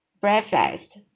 Breakfast